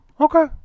Okay